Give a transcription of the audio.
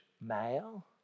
male